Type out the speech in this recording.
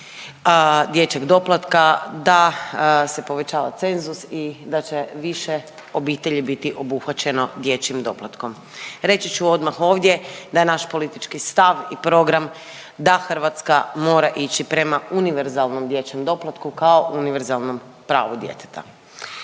dječjeg doplatka, da se povećava cenzus i da će više obitelji biti obuhvaćeno dječjim doplatkom. Reći ću odmah ovdje da je naš politički stav i program da Hrvatska mora ići prema univerzalnom dječjem doplatku kao univerzalnom pravu djeteta.